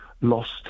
lost